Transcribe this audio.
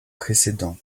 précédent